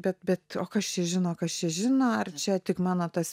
bet bet kas čia žino kas čia žino ar čia tik mano tas